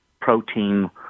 protein